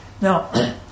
Now